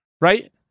right